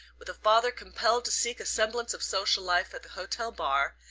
with a father compelled to seek a semblance of social life at the hotel bar,